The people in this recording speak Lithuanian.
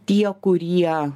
tie kurie